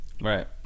Right